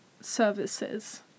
services